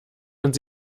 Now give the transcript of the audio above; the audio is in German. und